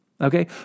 Okay